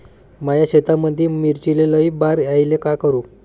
माया शेतामंदी मिर्चीले लई बार यायले का करू?